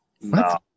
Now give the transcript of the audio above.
No